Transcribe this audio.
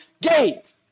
gate